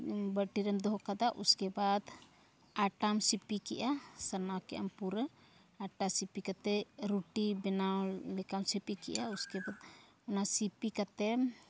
ᱵᱟᱹᱴᱤᱨᱮᱢ ᱫᱚᱦᱚ ᱠᱟᱫᱟ ᱩᱥᱠᱮ ᱵᱟᱫ ᱟᱴᱟᱢ ᱥᱤᱯᱤ ᱠᱮᱫᱟ ᱥᱟᱱᱟᱣ ᱠᱮᱫᱟᱢ ᱯᱩᱨᱟᱹ ᱟᱴᱟ ᱥᱤᱯᱤ ᱠᱟᱛᱮᱫ ᱨᱩᱴᱤ ᱵᱮᱱᱟᱣ ᱞᱮᱠᱟᱢ ᱥᱤᱯᱤ ᱠᱮᱫᱟ ᱩᱥᱠᱮᱵᱟᱫ ᱚᱱᱟ ᱥᱤᱯᱤ ᱠᱟᱛᱮᱢ